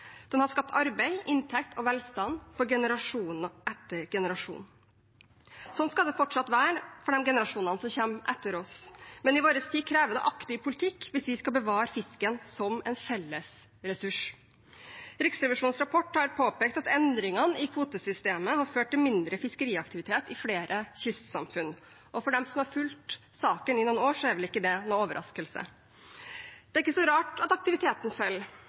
Den har skapt arbeid, inntekt og velstand for generasjon etter generasjon. Sånn skal det fortsatt være for de generasjonene som kommer etter oss. Men i vår tid kreves det aktiv politikk hvis vi skal bevare fisken som en felles ressurs. Riksrevisjonens rapport har påpekt at endringene i kvotesystemet har ført til mindre fiskeriaktivitet i flere kystsamfunn, og for dem som har fulgt saken i noen år, er vel ikke det noen overraskelse. Det er ikke så rart at aktiviteten